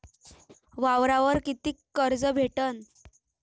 वावरावर कितीक कर्ज भेटन?